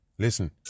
Listen